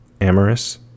amorous